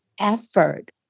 effort